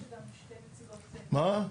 יש פשוט שתי נציגות --- מה?